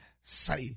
Say